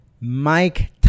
mike